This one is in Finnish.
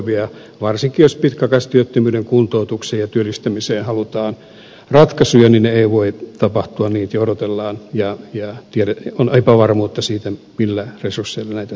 varsinkin jos pitkäaikaistyöttömyyden kuntoutukseen ja työllistämiseen halutaan ratkaisuja ne eivät voi tapahtua niin että odotellaan ja on epävarmuutta siitä millä resursseilla näitä tehdään